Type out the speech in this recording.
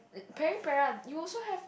Peripera you also have